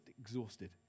exhausted